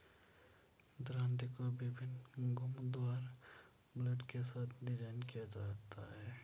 दरांती को विभिन्न घुमावदार ब्लेड के साथ डिज़ाइन किया गया है